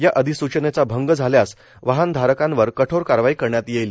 या अधिसूचनेचा भंग झाल्यास वाहनधारकांवर कठोर कारवाई करण्यात येईल